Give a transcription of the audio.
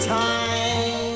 time